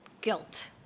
guilt